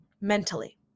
Mentally